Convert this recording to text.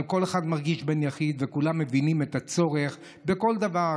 אבל כל אחד מרגיש בן יחיד וכולם מבינים את הצורך בכל דבר.